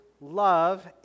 love